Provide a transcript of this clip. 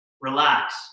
relax